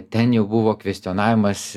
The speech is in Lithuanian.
ten jau buvo kvestionavimas